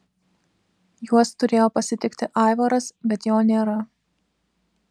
juos turėjo pasitikti aivaras bet jo nėra